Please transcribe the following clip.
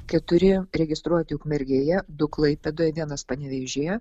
keturi registruoti ukmergėje du klaipėdoj vienas panevėžyje